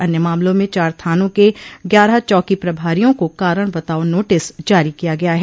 अन्य मामलों में चार थानों के ग्यारह चौकी प्रभारियों को कारण बताआ नोटिस जारी किया गया है